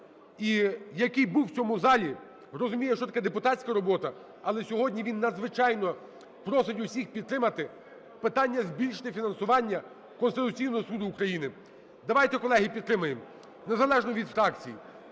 який був у цьому залі, розуміє, що таке депутатська робота, але сьогодні він надзвичайно просить усіх підтримати питання збільшення фінансування Конституційного Суду України. Давайте, колеги, підтримаємо незалежно від фракцій.